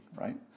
right